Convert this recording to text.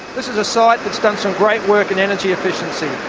this is a site that's done some great work in energy efficiency.